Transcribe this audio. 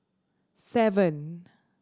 seven